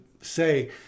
say